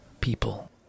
people